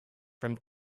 from